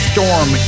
Storm